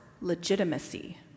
legitimacy